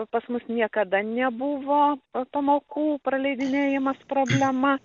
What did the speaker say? pas mus niekada nebuvo pamokų praleidinėjimas problema